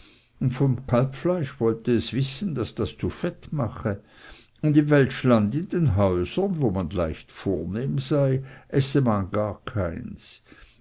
und vom kalbfleisch wollte es wissen daß es zu fett mache und im weltschland in den häusern wo man leicht vornehm sei esse man gar keins